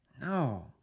No